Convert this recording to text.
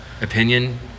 opinion